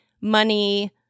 money